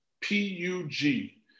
P-U-G